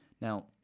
Now